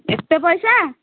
ଏତେ ପଇସା